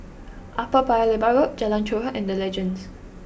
Upper Paya Lebar Road Jalan Chorak and the Legends